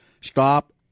stop